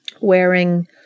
wearing